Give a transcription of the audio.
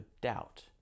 doubt